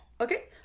Okay